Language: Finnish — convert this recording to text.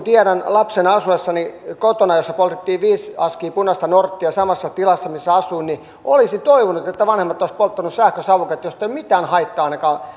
tiedän että lapsena asuessani kotona kun poltettiin viisi askia punaista norttia samassa tilassa missä asuin olisin toivonut että vanhemmat olisivat polttaneet sähkösavuketta josta ei ole mitään haittaa ainakaan